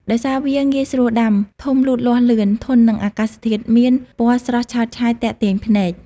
ដោយសារវាងាយស្រួលដាំ ធំលូតលាស់លឿន ធន់នឹងអាកាសធាតុមាន ពណ៌ស្រស់ឆើតឆាយទាក់ទាញភ្នែក។